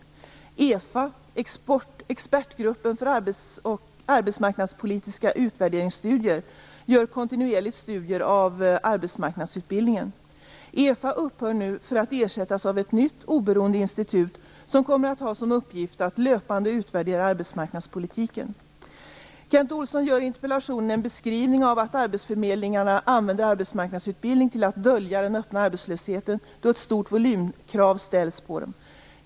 EFA gör kontinuerligt studier av arbetsmarknadsutbildningen. EFA upphör nu för att ersättas av ett nytt oberoende institut som kommer att ha som uppgift att löpande utvärdera arbetsmarknadspolitiken. Kent Olsson gör i interpellationen en beskrivning av att arbetsförmedlingarna använder arbetsmarknadsutbildningen till att "dölja" den öppna arbetslösheten då ett stort volymkrav ställts på dem.